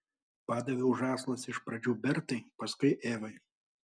padaviau žąslus iš pradžių bertai paskui evai